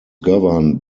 governed